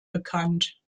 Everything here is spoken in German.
bekannt